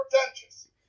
pretentious